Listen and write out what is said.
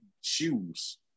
shoes